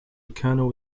kernel